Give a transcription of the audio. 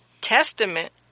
Testament